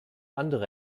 andere